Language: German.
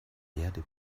erde